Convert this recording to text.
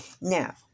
Now